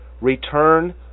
return